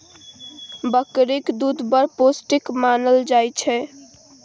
बकरीक दुध बड़ पौष्टिक मानल जाइ छै